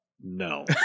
no